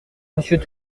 monsieur